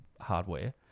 hardware